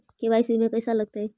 KYC में पैसा लगतै?